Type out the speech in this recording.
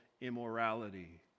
immorality